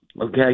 okay